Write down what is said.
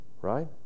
right